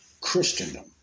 Christendom